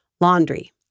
Laundry